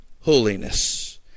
holiness